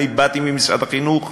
אני באתי ממשרד החינוך,